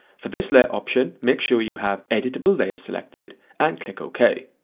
for this layer option make sure you have editable layer selected and click ok.